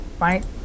right